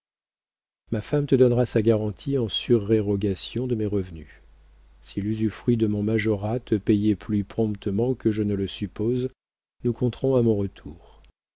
ma femme te donnera sa garantie en surérogation de mes revenus si l'usufruit de mon majorat te payait plus promptement que je ne le suppose nous compterons à mon retour